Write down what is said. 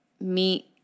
meet